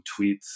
tweets